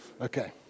Okay